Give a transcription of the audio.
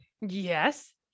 yes